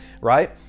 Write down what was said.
right